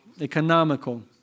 Economical